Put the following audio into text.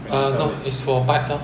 err no it's for bike lor